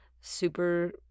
super